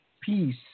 peace